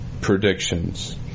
predictions